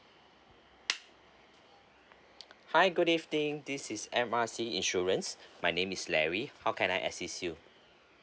hi good evening this is M R C insurance my name is larry how can I assist you